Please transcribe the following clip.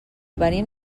venim